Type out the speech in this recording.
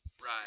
right